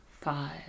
five